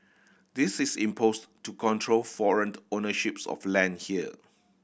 this is imposed to control foreign ownership of land here